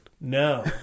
No